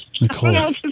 Nicole